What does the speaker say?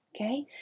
okay